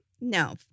No